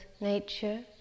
nature